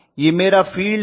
यह मेरा फील्ड है